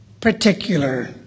particular